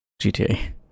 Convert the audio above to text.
GTA